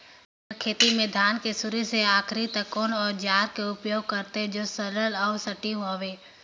मै हर खेती म धान के शुरू से आखिरी तक कोन औजार के उपयोग करते जो सरल अउ सटीक हवे?